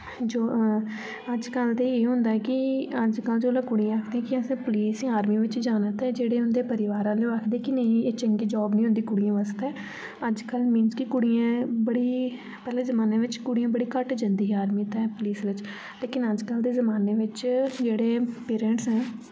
अजकल्ल ते इयो होंदा कि अजकल्ल जुल्ले कुड़ियां आक्खदियां की असे पुलिस जां आर्मी बिच्च जाना ते जेह्ड़े उंदे परिवार आह्ले ओह् आक्खदे कि नेईं ऐ एह जंगी जाब निं होंदी कुड़ियें वास्तै अजकल्ल मीन्स कि कुड़िये बड़ी पैह्ले जमाने च कुड़ियां बढ़िया घट जंदी ही आर्मी बिच्च ते पुलिस बिच्च लेकिन अजकल्ल दे जमाने बिच्च जेह्ड़े पेरेंट्स न